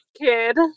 kid